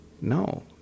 No